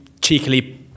cheekily